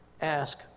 Ask